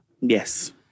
Yes